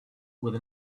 with